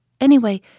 Anyway